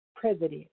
president